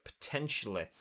potentially